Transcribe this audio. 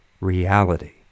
reality